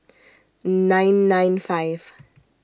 nine nine five